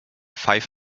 five